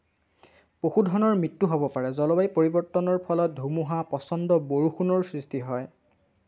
পশুধনৰ মৃত্যু হ'ব পাৰে জলবায়ু পৰিৱৰ্তনৰ ফলত ধুমুহা প্ৰচণ্ড বৰষুণৰ সৃষ্টি হয়